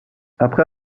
après